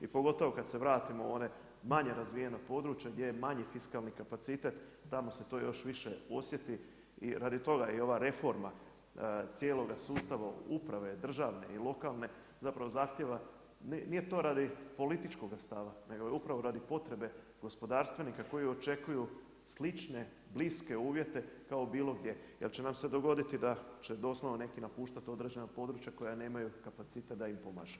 I pogotovo kada se vratimo u ona manje razvijena područja gdje je manji fiskalni kapacitet tamo se to još više osjeti i radi to je i ova reforma cijeloga sustava uprave državne i lokalne zahtjeva, nije to radi političkoga stava nego je upravo radi potrebe gospodarstvenika koji očekuju slične bliske uvjete kao bilo gdje jel će nam se dogoditi da će doslovno neki napuštati određena područja koja nemaju kapacitet da im pomažu.